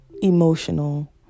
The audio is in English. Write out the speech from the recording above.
emotional